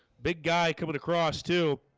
big guy coming across to